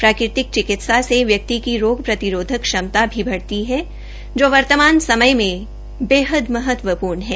प्राकृतिक चिकित्सा से व्यक्ति की रोग प्रतिरोधक क्षमता भी बढ़ती है जो वर्तमान समय में बहृत ही महत्वपूर्ण है